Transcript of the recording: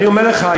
אני אומר לך,